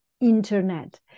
internet